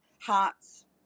hearts